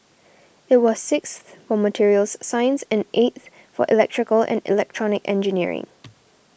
it was sixth for materials science and eighth for electrical and electronic engineering